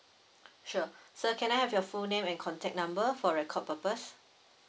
sure sir can I have your full name and contact number for record purpose